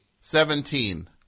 Seventeen